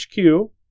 HQ